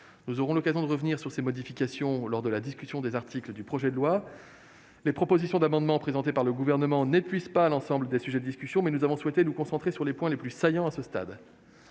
Nous aurons l'occasion de revenir sur ces modifications lors de la discussion des articles. Les amendements présentés par le Gouvernement n'épuisent pas l'ensemble des sujets de discussion, mais nous avons souhaité nous concentrer sur les points les plus saillants à ce stade.